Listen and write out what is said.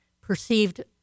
perceived